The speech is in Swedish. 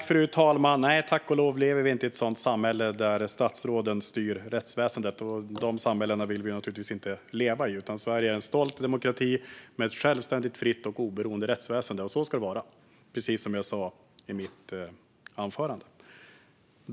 Fru talman! Nej, tack och lov lever vi inte i ett samhälle där statsråden styr rättsväsendet. De samhällena vill vi naturligtvis inte leva i. Sverige är en stolt demokrati med ett självständigt, fritt och oberoende rättsväsen. Så ska det vara, precis som jag sa i mitt tidigare anförande.